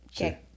Okay